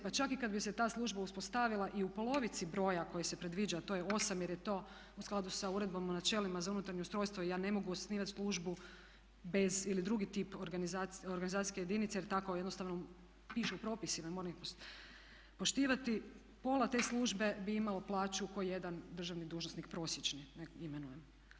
Pa čak i kada bi se ta služba uspostavila i u polovici broja koji se predviđa a to je 8, jer je to u skladu sa Uredbom o načelima za unutarnje ustrojstvo i ja ne mogu osnivati službu bez ili drugi tip organizacijske jedinice jer tako jednostavno piše u propisima, moramo ih poštivati, pola te službe bi imalo plaću kao jedan državni dužnosnik prosječni, da ih ne imenujem.